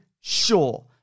sure